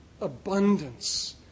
abundance